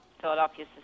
Philadelphia